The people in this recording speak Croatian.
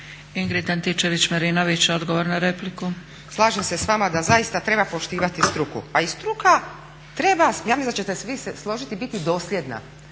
**Antičević Marinović, Ingrid (SDP)** Slažem se s vama da zaista treba poštivati struku. Pa i struka treba, ja mislim da svi ćete se složiti, biti dosljedna